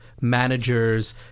managers